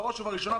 בראש ובראשונה,